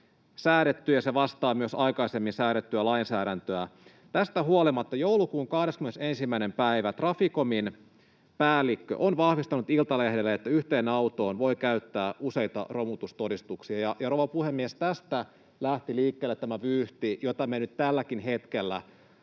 säädetty, ja se vastaa myös aikaisemmin säädettyä lainsäädäntöä. Tästä huolimatta joulukuun 21. päivä Traficomin päällikkö on vahvistanut Iltalehdelle, että yhteen autoon voi käyttää useita romutustodistuksia, ja, rouva puhemies, tästä lähti liikkeelle tämä vyyhti, jota me nyt tälläkin hetkellä